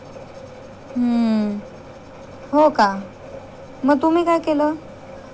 हं हो का मग तुम्ही काय केलं